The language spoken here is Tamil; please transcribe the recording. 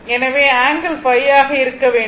எனவே ஆங்கிள் ϕ ஆக இருக்க வேண்டும்